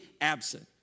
absent